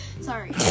sorry